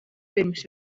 pirms